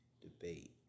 debate